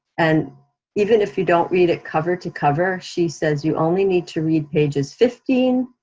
and even if you don't read it cover to cover, she says you only need to read pages fifteen,